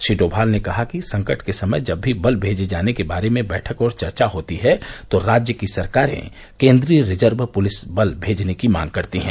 श्री डोमाल ने कहा कि संकट के समय जब भी बल भेजे जाने के बारे में बैठक और चर्चा होती है तो राज्य सरकारे केन्द्रीय रिजर्व पुलिस भेजने की मांग करते हैं